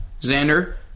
Xander